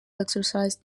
exercise